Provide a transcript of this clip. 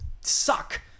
suck